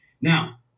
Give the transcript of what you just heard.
now